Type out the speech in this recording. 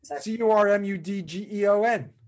C-U-R-M-U-D-G-E-O-N